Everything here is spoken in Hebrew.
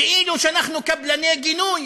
כאילו שאנחנו קבלני גינוי